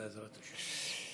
בעזרת השם.